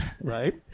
right